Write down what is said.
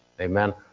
Amen